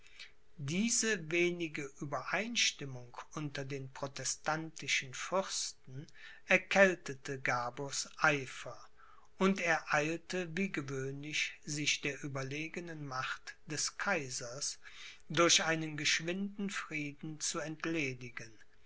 diese wenige uebereinstimmung unter den protestantischen fürsten erkältete gabors eifer und er eilte wie gewöhnlich sich der überlegenen macht des kaisers durch einen geschwinden frieden zu entledigen